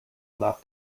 enough